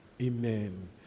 amen